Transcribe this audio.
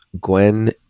Gwen